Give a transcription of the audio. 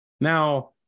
Now